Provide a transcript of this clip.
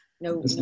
no